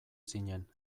zinen